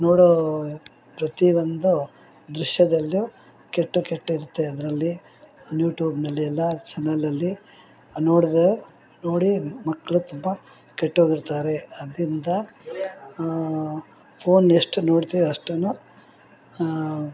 ನೋಡೋ ಪ್ರತಿಯೊಂದೂ ದೃಶ್ಯದಲ್ಲೂ ಕೆಟ್ಟ ಕೆಟ್ದಿರುತ್ತೆ ಅದ್ರಲ್ಲಿ ನ್ಯೂಟ್ಯೂಬ್ನಲ್ಲಿ ಎಲ್ಲ ಚಾನೆಲಲ್ಲಿ ನೋಡ್ದೆ ನೋಡಿ ಮಕ್ಕಳು ತುಂಬ ಕೆಟ್ಟೋಗಿರ್ತಾರೆ ಅದರಿಂದ ಫೋನ್ ಎಷ್ಟು ನೋಡ್ತೀರಿ ಅಷ್ಟೂ